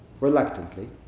reluctantly